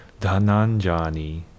Dhananjani